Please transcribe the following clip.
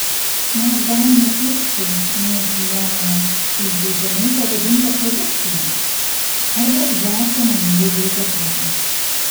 mes galime pirkti mūsų nuomone įžeidžiamai pavadintą produkciją arba ją sąmoningai boikotuoti